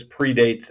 predates